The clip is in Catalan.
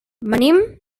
venim